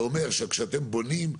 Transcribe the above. זה אומר שכשאתם בונים,